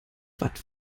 watt